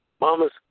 mama's